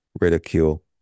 ridicule